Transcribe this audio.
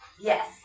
Yes